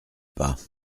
pas